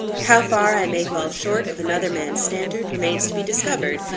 how far i may fall short of another man's standard, remains to be discovered.